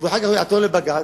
ואחר כך הוא יעתור לבג"ץ,